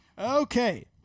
Okay